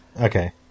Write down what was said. Okay